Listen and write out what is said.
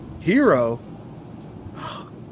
Hero